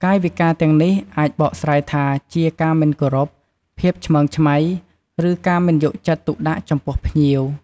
កាយវិការទាំងនេះអាចបកស្រាយថាជា ការមិនគោរព ភាពឆ្មើងឆ្មៃ ឬការមិនយកចិត្តទុកដាក់ចំពោះភ្ញៀវ។